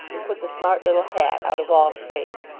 and put the smart little hat out of all shape.